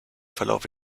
verlaufe